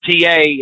TA